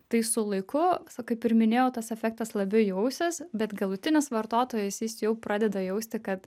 tai su laiku kaip ir minėjau tas efektas labiau jausis bet galutinis vartotojas jis jau pradeda jausti kad